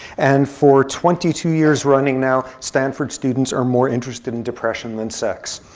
and for twenty two years running now, stanford students are more interested in depression than sex.